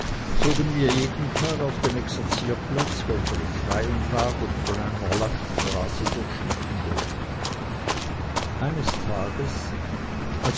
zogen wir jeden tag auf den exerzierplatz welcher im freien lag und von einer landstraße durchschnitten wurde eines tages